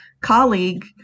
colleague